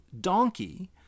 donkey